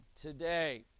today